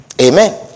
Amen